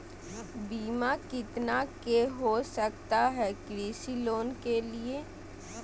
बीमा कितना के हो सकता है कृषि लोन के लिए?